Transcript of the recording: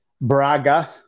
Braga